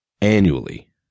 annually